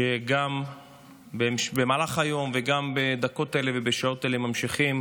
שגם במהלך היום וגם בדקות האלה ובשעות האלה ממשיכים